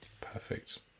perfect